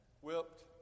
whipped